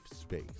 space